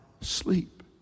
sleep